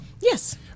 Yes